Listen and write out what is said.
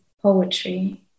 poetry